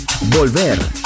volver